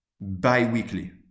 bi-weekly